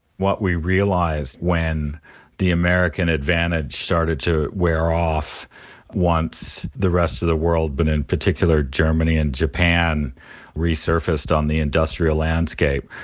what we realized when the american advantage started to wear off once the rest of the world, but in particular germany and japan resurfaced on the industrial landscape,